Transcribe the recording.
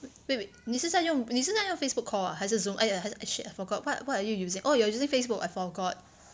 wait wait 你是在用你是在用 Facebook call ah 还是 Zoom !aiya! eh shit I forgot what what are you using oh you're using Facebook I forgot